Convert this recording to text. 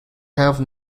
have